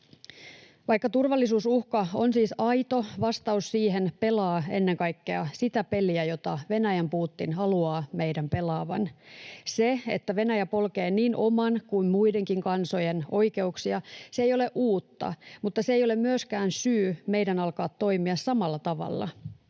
Vaikka turvallisuusuhka on siis aito, vastaus siihen pelaa ennen kaikkea sitä peliä, jota Venäjän Putin haluaa meidän pelaavan. Se, että Venäjä polkee niin oman kuin muidenkin kansojen oikeuksia, ei ole uutta, mutta se ei ole myöskään syy meidän alkaa toimia samalla tavalla.